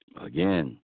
again